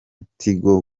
tigo